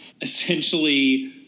Essentially